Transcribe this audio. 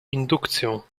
indukcją